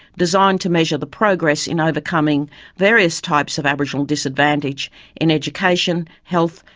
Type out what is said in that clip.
designed to measure the progress in overcoming various types of aboriginal disadvantage in education, health,